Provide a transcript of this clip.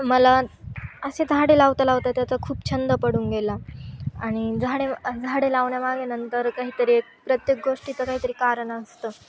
मला असे झाडे लावता लावता त्याचा खूप छंद पडून गेला आणि झाडे झाडे लावण्यामागे नंतर काहीतरी प्रत्येक गोष्टीचं काहीतरी कारणं असतं